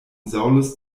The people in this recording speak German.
saulus